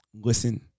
listen